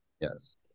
Yes